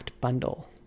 bundle